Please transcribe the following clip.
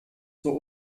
zur